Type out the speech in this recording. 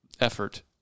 Effort